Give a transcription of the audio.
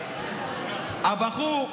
הבחור,